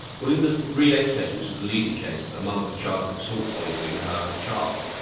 well in the re s case which is the leading case, a mother was charged with salt poisoning her child.